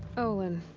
olin.